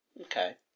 Okay